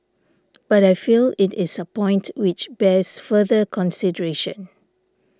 but I feel it is a point which bears further consideration